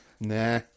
nah